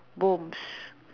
bombs